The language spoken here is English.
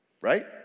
right